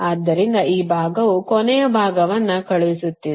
ಆದ್ದರಿಂದ ಈ ಭಾಗವು ಕೊನೆಯ ಭಾಗವನ್ನು ಕಳುಹಿಸುತ್ತಿದೆ